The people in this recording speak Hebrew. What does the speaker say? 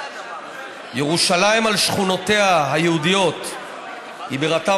"ירושלים על שכונותיה היהודיות היא בירתם